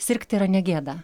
sirgti yra ne gėda